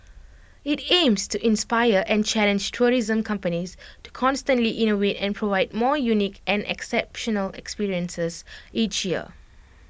IT aims to inspire and challenge tourism companies to constantly innovate and provide more unique and exceptional experiences each year